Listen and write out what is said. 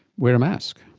wear a mask.